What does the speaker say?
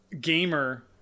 gamer